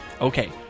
Okay